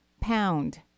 pound